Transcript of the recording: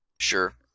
Sure